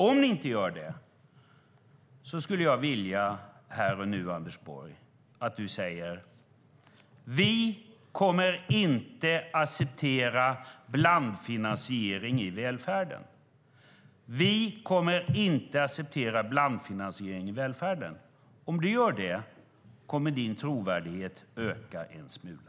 Om ni inte gör det skulle jag vilja, här och nu, Anders Borg, att du säger: Vi kommer inte att acceptera blandfinansiering i välfärden. Om du gör det kommer din trovärdighet att öka en smula.